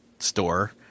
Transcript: store